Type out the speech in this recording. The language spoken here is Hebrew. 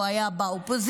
הוא היה באופוזיציה,